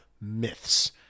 myths